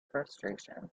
frustration